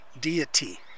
deity